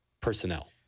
personnel